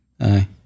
aye